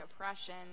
oppression